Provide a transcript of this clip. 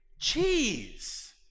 cheese